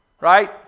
Right